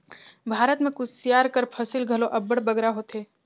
भारत में कुसियार कर फसिल घलो अब्बड़ बगरा होथे